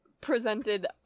presented